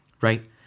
right